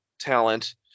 talent